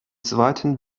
zweiten